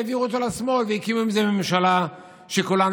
העבירו אותם לשמאל והקימו עם זה ממשלה שכולנו